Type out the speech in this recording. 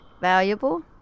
valuable